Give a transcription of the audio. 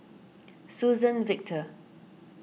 Suzann Victor